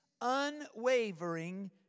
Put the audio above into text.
unwavering